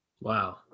Wow